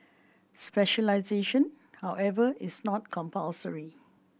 specialisation however is not compulsory